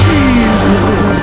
Jesus